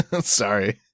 Sorry